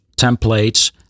templates